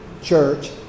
church